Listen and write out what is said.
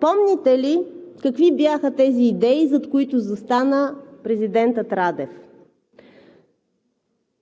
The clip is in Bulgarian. Помните ли какви бяха тези идеи, зад които застана президентът Радев?